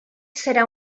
serà